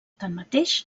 tanmateix